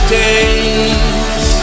days